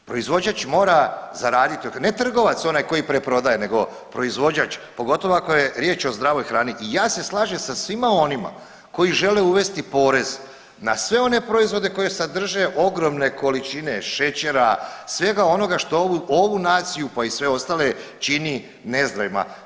Proizvođač mora zaraditi, ne trgovac, onaj koji preprodaje nego proizvođač, pogotovo ako je riječ o zdravoj hrani i ja se slažem sa svima onima koji žele uvesti porez na sve one proizvode koji sadrže ogromne količine šećera, svega onoga što ovu naciju, pa i sve ostale čini nezdravima.